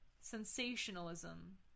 sensationalism